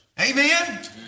Amen